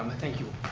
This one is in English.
thank you,